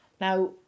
Now